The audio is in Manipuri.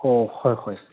ꯑꯣ ꯍꯣꯏ ꯍꯣꯏ